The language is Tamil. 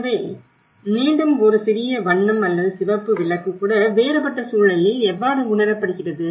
எனவே மீண்டும் ஒரு சிறிய வண்ணம் அல்லது சிவப்பு விளக்கு கூட வேறுபட்ட சூழலில் எவ்வாறு உணரப்படுகிறது